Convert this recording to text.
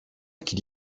qu’il